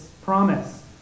Promise